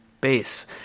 base